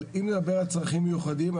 אבל אם נעבור על צרכים מיוחדים,